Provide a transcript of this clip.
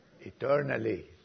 Eternally